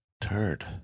turd